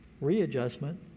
readjustment